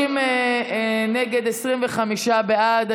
30 נגד, 25 בעד.